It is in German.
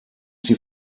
sie